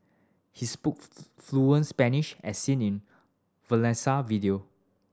he spoke fluent Spanish as seen in Valencia video